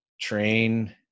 train